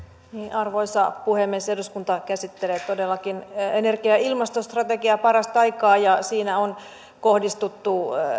arvoisa puhemies eduskunta käsittelee todellakin energia ja ilmastostrategiaa parastaikaa ja siinä on kohdistuttu